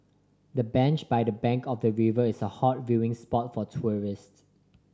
the bench by the bank of the river is a hot viewing spot for tourists